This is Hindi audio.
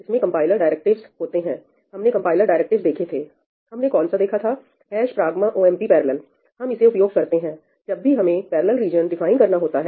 इसमें कंपाइलर डायरेक्टिव्स होते हैं हमने कंपाइलर डायरेक्टरीज देखे थे हमने कौन सा देखा था pragma omp parallel हम इसे उपयोग करते हैं जब भी हमें पैरेलल रीजन डिफाइन करना होता है